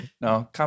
No